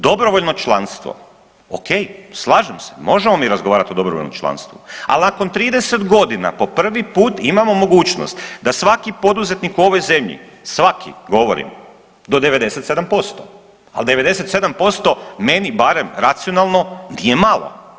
Dobrovoljno članstvo, ok, slažem se, možemo mi razgovarati o dobrovoljnom članstvu, ali nakon 30 godina po prvi put imamo mogućnost da svaki poduzetnik u ovoj zemlji, svaki govorim do 97%, ali 97% meni barem racionalno nije malo.